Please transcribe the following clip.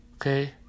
Okay